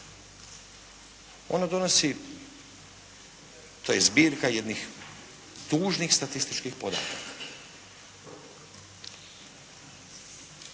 ono donosi, to je zbirka jednih tužnih statističkih podataka.